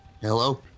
Hello